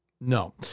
No